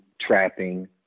trapping